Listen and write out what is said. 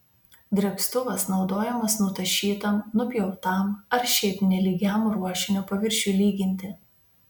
drėkstuvas naudojamas nutašytam nupjautam ar šiaip nelygiam ruošinio paviršiui lyginti